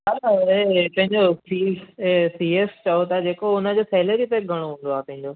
हा हा हे पंहिंजो फीस हे सी एस चओ था जेको उनजो सैलरी पैक घणो हूंदो आहे पंहिंजो